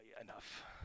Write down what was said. Enough